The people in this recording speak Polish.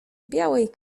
białej